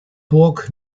burg